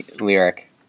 lyric